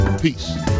Peace